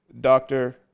Doctor